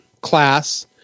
class